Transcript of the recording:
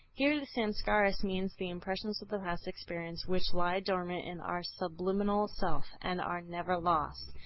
here the samskaras mean the impressions of the past experience which lie dormant in our subliminal self, and are never lost.